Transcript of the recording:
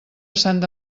santa